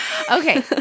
Okay